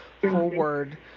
forward